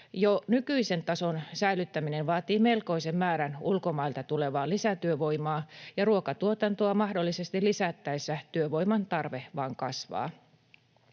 Jo nykyisen tason säilyttäminen vaatii melkoisen määrän ulkomailta tulevaa lisätyövoimaa, ja ruokatuotantoa mahdollisesti lisättäessä työvoiman tarve vain kasvaa.